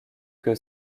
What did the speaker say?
que